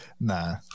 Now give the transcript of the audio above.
Nah